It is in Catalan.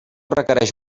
requereix